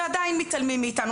ועדיין מתעלמים מאיתנו.